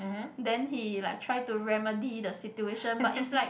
then he like try to remedy the situation but is like